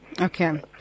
Okay